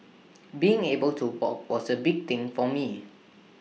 being able to walk was A big thing for me